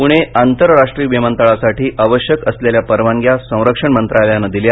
पुणे आंतरराष्ट्रीय विमानतळासाठी आवश्यक असलेल्या परवानग्या संरक्षण मंत्रालयानं दिल्या